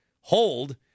hold